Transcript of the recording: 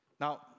Now